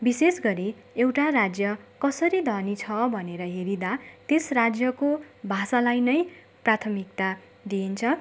विशेष गरी एउटा राज्य कसरी धनी छ भनेर हेरिँदा त्यस राज्यको भाषालाई नै प्राथमिकता दिइन्छ